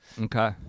okay